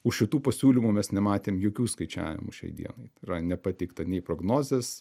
už šitų pasiūlymų mes nematėm jokių skaičiavimų šiai dienai tai yra nepateikta nei prognozės